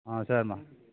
சரிமா